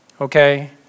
Okay